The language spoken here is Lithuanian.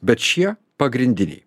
bet šie pagrindiniai